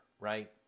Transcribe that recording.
right